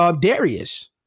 Darius